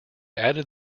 added